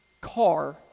car